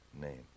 name